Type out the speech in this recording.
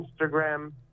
Instagram